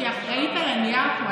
אני לא חושב שהיא כזאת.